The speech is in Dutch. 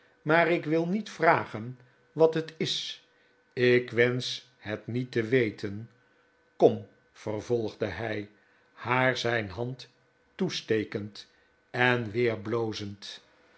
maar ik wil niet vragen wat het is ik wensch het niet te weten kom vervolgde hij haar zijn hand toestekend en weer blozend